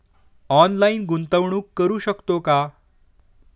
Online गुंतवणूक करू शकतो का?